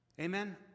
Amen